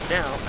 now